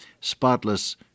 spotless